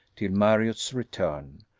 till marriott's return,